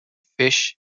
fish